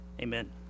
amen